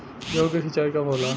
गेहूं के सिंचाई कब होला?